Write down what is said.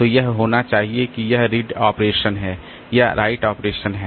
तो यह होना चाहिए कि क्या यह रीड ऑपरेशन है या राइट ऑपरेशन है